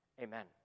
Amen